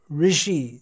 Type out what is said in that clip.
rishi